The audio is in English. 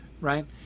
right